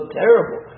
terrible